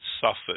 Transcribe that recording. suffered